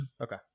Okay